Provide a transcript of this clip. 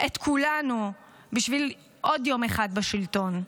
את כולנו בשביל עוד יום אחד בשלטון.